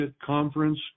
conference